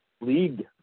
league